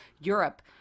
Europe